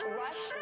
rush